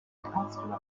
angstüberwindung